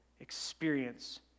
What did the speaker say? experience